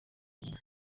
nyuma